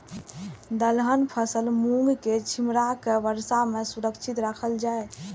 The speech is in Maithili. दलहन फसल मूँग के छिमरा के वर्षा में सुरक्षित राखल जाय?